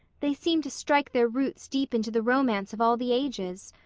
they seem to strike their roots deep into the romance of all the ages.